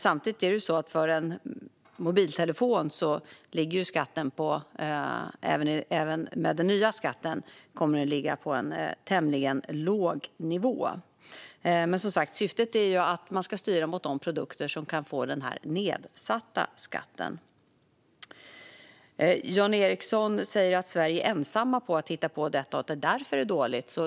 Samtidigt kommer även den nya skatten för en mobiltelefon att ligga på en tämligen låg nivå. Syftet är som sagt att styra mot de produkter som kan få den nedsatta skatten. Jan Ericson säger att Sverige är ensamt med att hitta på detta, och därför är det dåligt.